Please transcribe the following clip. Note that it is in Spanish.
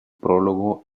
prólogo